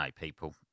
people